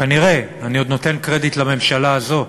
כנראה, אני עוד נותן קרדיט לממשלה הזו,